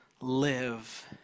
live